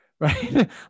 right